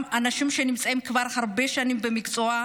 גם אנשים שנמצאים הרבה שנים במקצוע,